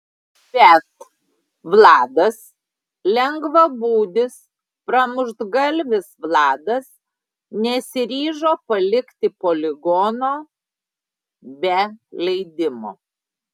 bet vladas lengvabūdis pramuštgalvis vladas nesiryžo palikti poligono be leidimo